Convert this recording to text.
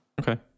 Okay